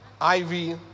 Ivy